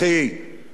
פעם אחר פעם,